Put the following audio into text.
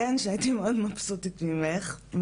הייתי מאוד מבסוטית ממך.